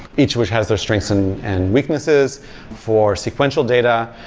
each which has their strengths and and weaknesses for sequential data,